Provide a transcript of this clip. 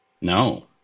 no